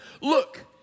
look